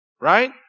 Right